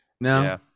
no